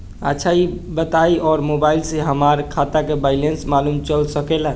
अच्छा ई बताईं और मोबाइल से हमार खाता के बइलेंस मालूम चल सकेला?